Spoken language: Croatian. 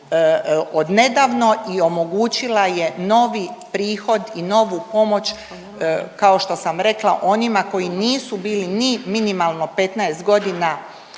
od nedavno i omogućila je novi prihod i novu pomoć kao što sam rekla onima koji nisu bili ni minimalno 15 godina